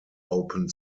open